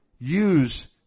use